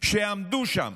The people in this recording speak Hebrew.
שעמדו שם,